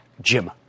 Jim